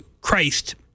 Christ